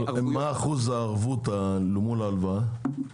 מה אחוז הערבות אל מול ההלוואה?